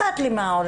מה אכפת לי מהעולם?